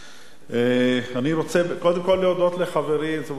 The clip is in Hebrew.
אני רוצה קודם כול להודות לחברי זבולון אורלב,